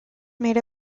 made